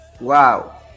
wow